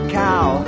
cow